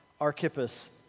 Archippus